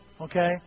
Okay